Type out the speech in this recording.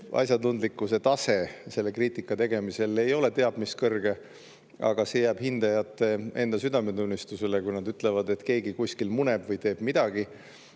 asjatundlikkuse tase selle kriitika tegemisel ei ole teab mis kõrge, aga see jääb hindajate enda südametunnistusele, kui nad ütlevad, et keegi kuskil muneb või teeb midagi.